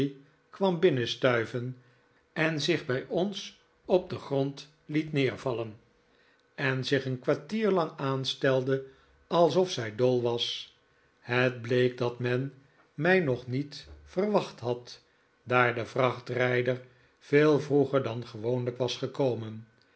kwam binnenstuiven en zich bij ons op den grond neer liet vallen en zich een kwartier lang aanstelde alsof zij dol was het bleek dat men mij nog niet verwacht had daar de vrachtrijder veel vroeger dan gewoonlijk was gekomen